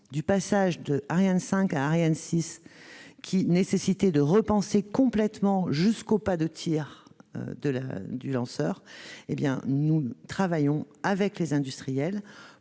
le passage d'Ariane 5 à Ariane 6 a nécessité de repenser jusqu'au pas de tir du lanceur, nous travaillons avec les industriels